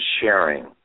sharing